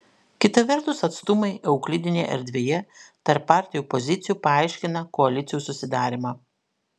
kita vertus atstumai euklidinėje erdvėje tarp partijų pozicijų paaiškina koalicijų susidarymą